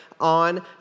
on